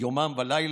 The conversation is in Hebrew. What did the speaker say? יומם ולילה"